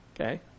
Okay